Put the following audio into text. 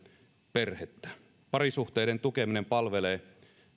perhettä parisuhteiden tukeminen palvelee